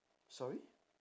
sorry